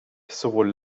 sowohl